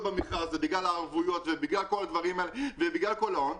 במכרז הזה בכלל הערבויות וכל הדברים האלה ובגלל וההון,